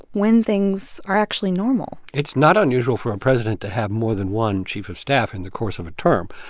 when things are actually normal it's not unusual for a president to have more than one chief of staff in the course of a term.